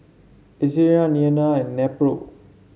Eucerin Tena and Nepro